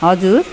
हजुर